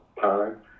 time